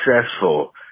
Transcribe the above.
successful